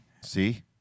See